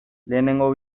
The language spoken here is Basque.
lehenengo